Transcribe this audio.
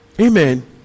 Amen